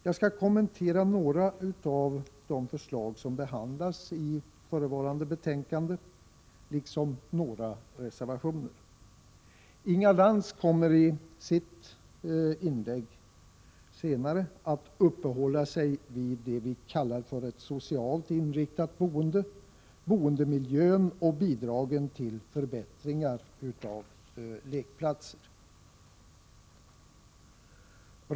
Jag skall kommentera några av de förslag som behandlas i förevarande betänkande, liksom några reservationer. Inga Lantz kommer i sitt inlägg att uppehålla sig vid det som vi kallar för ett socialt inriktat boende, boendemiljön och bidragen till förbättringar av lekplatser.